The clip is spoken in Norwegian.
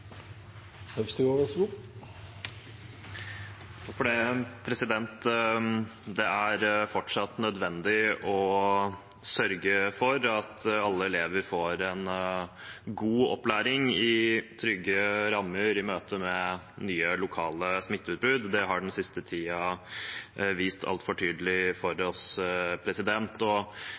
fortsatt nødvendig å sørge for at alle elever får en god opplæring i trygge rammer i møte med nye lokale smitteutbrudd. Det har den siste tiden vist altfor tydelig for oss.